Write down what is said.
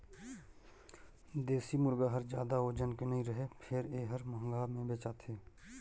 देसी मुरगा हर जादा ओजन के नइ रहें फेर ए हर महंगा में बेचाथे